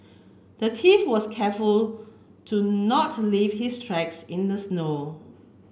the thief was careful to not leave his tracks in the snow